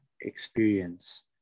experience